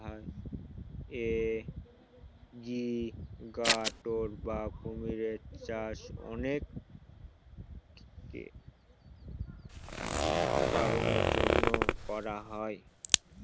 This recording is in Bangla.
এলিগ্যাটোর বা কুমিরের চাষ অনেক কারনের জন্য করা হয়